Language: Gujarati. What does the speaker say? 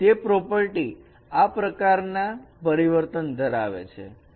તે પ્રોપર્ટી આ પ્રકારના પરિવર્તન ધરાવે છે